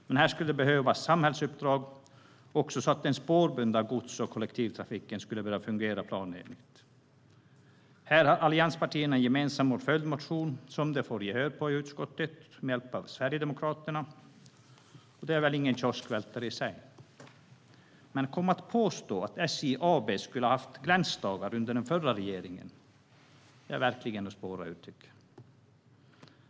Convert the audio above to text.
Men här skulle det behövas ett samhällsuppdrag så att också den spårbundna gods och kollektivtrafiken skulle börja fungera planenligt. Här har allianspartierna en gemensam följdmotion som de med hjälp av Sverigedemokraterna får gehör för i utskottet, och det är väl ingen kioskvältare i sig. Men att komma och påstå att SJ AB skulle ha haft glansdagar under den förra regeringen är verkligen att spåra ur, tycker jag.